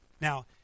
Now